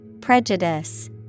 Prejudice